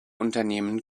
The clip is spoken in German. unternehmen